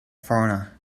foreigner